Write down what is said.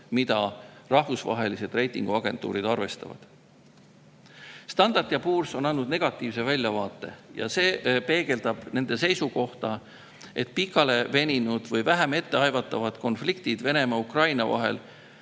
mida rahvusvahelised reitinguagentuurid arvestavad. Standard & Poor's on andnud negatiivse väljavaate ja see peegeldab nende seisukohta, et pikaleveninud või vähe etteaimatavad konfliktid Venemaa ja Ukraina vahel